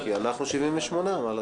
כי אנחנו 78, מה לעשות.